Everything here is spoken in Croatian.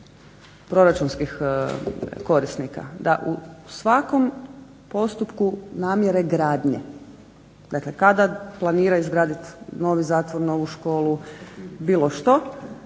proračunskih korisnika da u svakom postupku namjere gradnje, dakle kada planiraju izgraditi novi zatvor, novu školu, bilo što,